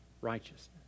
righteousness